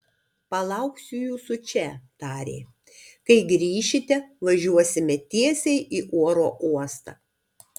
palauksiu jūsų čia tarė kai grįšite važiuosime tiesiai į oro uostą